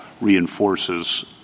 reinforces